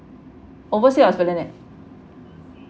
oversea or esplanade